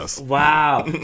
Wow